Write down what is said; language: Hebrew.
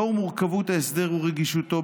לאור מורכבות ההסדר ורגישותו,